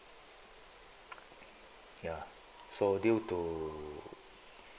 ya so due to